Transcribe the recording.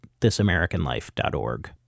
thisamericanlife.org